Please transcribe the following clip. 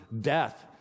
death